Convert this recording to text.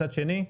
מצד שני,